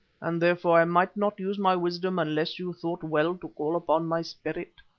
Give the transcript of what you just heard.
and therefore i might not use my wisdom unless you thought well to call upon my spirit.